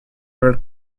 ever